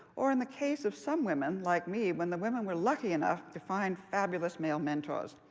or, in the case of some women like me, when the women were lucky enough to find fabulous male mentors.